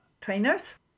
Trainers